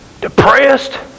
depressed